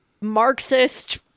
Marxist